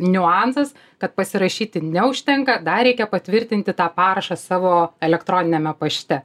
niuansas kad pasirašyti neužtenka dar reikia patvirtinti tą parašą savo elektroniniame pašte